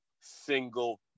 single